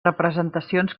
representacions